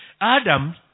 Adam